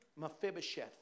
Mephibosheth